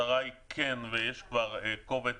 יש כבר קובץ